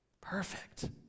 Perfect